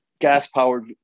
gas-powered